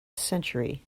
century